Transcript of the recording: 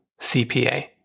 CPA